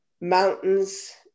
mountains